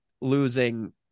losing